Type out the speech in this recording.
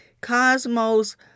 Cosmos